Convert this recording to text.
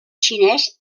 xinès